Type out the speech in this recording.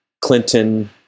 Clinton